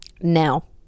Now